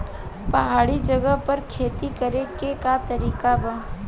पहाड़ी जगह पर खेती करे के का तरीका बा?